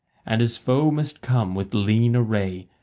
and his foe must come with lean array,